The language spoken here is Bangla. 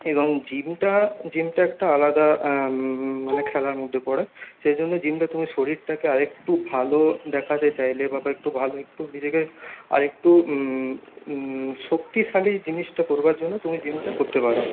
এবং জিমটা জিমটা একটা আলাদা মানে খেলার মধ্যে পড়ে সেই জন্যে জিমটা তুমি শরীরটাকে আর একটু ভালো দেখাতে চাইলে বা একটু ভালো একটু নিজেকে আর একটু শক্তিশালী জিনিসটা করবার জন্য তুমি জিমটা করতে পারো